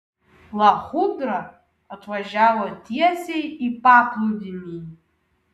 lachudra atvažiavo tiesiai į paplūdimį